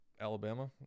Alabama